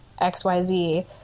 XYZ